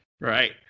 Right